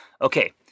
Okay